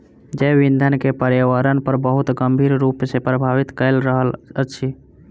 जैव ईंधन के पर्यावरण पर बहुत गंभीर रूप सॅ प्रभावित कय रहल अछि